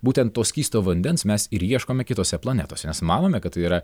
būtent to skysto vandens mes ir ieškome kitose planetose nes manome kad tai yra